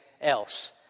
else